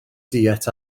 diet